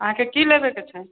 अहाँके की लेबेके छै